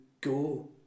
go